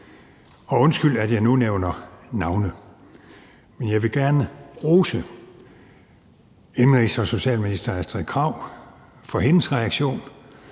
undskyld, at jeg nu nævner navne, men jeg vil gerne rose indenrigs- og socialminister Astrid Krag for hendes reaktion,